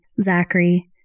Zachary